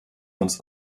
uns